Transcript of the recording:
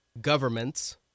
governments